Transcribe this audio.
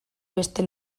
beste